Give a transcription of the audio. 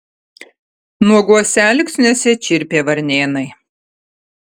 nuoguose alksniuose čirpė varnėnai